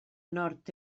nord